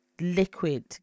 liquid